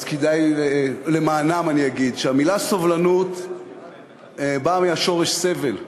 אז למענם אני אגיד שהמילה סובלנות באה מהשורש סב"ל.